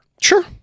Sure